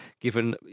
given